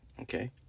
Okay